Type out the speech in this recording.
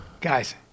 Guys